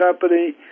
company